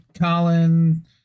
Colin